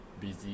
busy